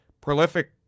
prolific